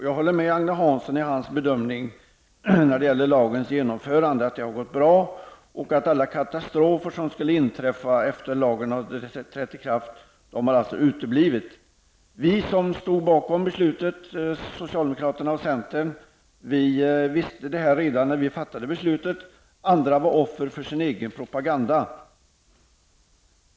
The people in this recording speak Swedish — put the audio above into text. Jag håller med Agne Hansson när det gäller hans bedömning om lagens genomförande, nämligen att den har gått bra och att alla katastrofer som skulle inträffa efter det att lagen hade trätt i kraft har uteblivit. Vi som stod bakom beslutet, socialdemokraterna och centern, visste detta redan när vi fattade beslutet. Andra var offer för sin egen propaganda.